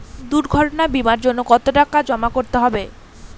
দুর্ঘটনা বিমার জন্য কত টাকা জমা করতে হবে?